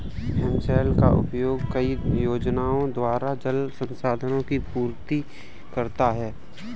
हिमशैल का उपयोग कई योजनाओं द्वारा जल संसाधन की पूर्ति करता है